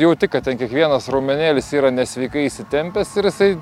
jauti kad ten kiekvienas raumenėlis yra nesveikai įsitempęs ir jisai